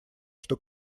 что